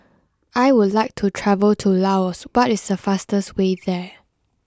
I would like to travel to Laos what is the fastest way there